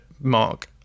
mark